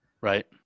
Right